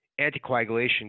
anticoagulation